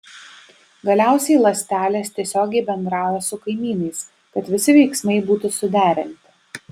galiausiai ląstelės tiesiogiai bendrauja su kaimynais kad visi veiksmai būtų suderinti